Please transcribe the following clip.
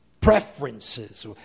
preferences